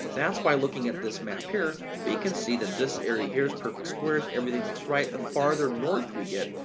that's by looking at this map here, we can see that this area here is perfect squares, everything looks right. the farther north we get,